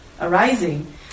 arising